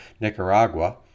Nicaragua